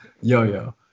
yo-yo